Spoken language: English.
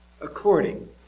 according